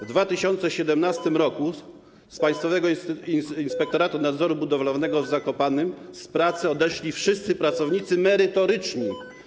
W 2017 r. z Powiatowego Inspektoratu Nadzoru Budowlanego w Zakopanem z pracy odeszli wszyscy pracownicy merytoryczni.